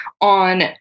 on